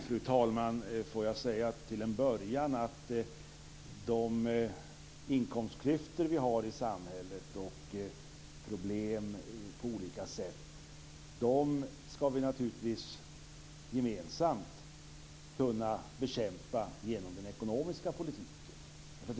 Fru talman! Får jag till en början säga att de inkomstklyftor och problem som vi har i samhället skall vi naturligtvis gemensamt kunna bekämpa genom den ekonomiska politiken.